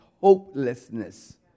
hopelessness